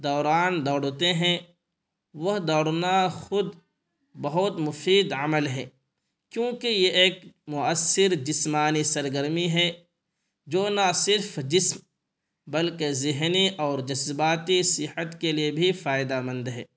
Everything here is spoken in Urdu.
دوران دوڑتے ہیں وہ دوڑنا خود بہت مفید عمل ہے کیونکہ یہ ایک مؤثر جسمانی سرگرمی ہے جو نہ صرف جسم بلکہ ذہنی اور جذباتی صحت کے لیے بھی فائدہ مند ہے